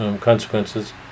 consequences